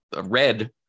red